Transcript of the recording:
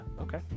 Okay